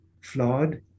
flawed